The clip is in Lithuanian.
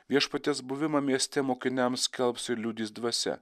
viešpaties buvimą mieste mokiniams skelbs ir liudys dvasia